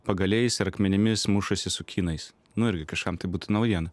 pagaliais ir akmenimis mušasi su kinais nu irgi kažkam tai būtų naujiena